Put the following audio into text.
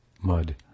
mud